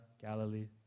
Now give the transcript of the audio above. Galilee